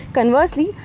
Conversely